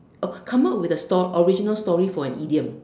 oh come up with a story original story for an idiom